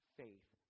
faith